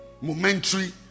Momentary